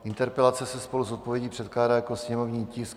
Interpelace se spolu s odpovědí předkládá jako sněmovní tisk 897.